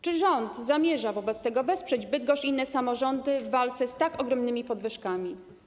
Czy rząd zamierza wobec tego wesprzeć Bydgoszcz i inne samorządy w walce z tak ogromnymi podwyżkami?